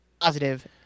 positive